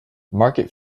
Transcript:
market